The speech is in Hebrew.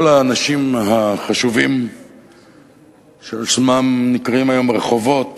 כל האנשים החשובים שעל שמם נקראים היום הרחובות,